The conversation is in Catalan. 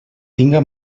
tinga